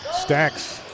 Stacks